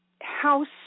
house